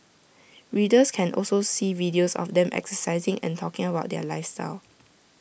readers can also see videos of the them exercising and talking about their lifestyle